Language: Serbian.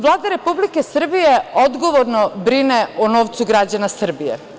Vlada Republike Srbije odgovorno brine o novcu građana Srbije.